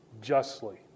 justly